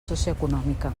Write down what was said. socioeconòmica